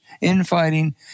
infighting